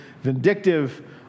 vindictive